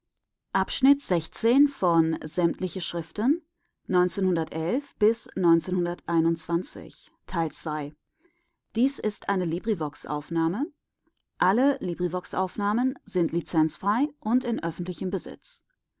geschrieben ist und eine